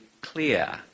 clear